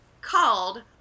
called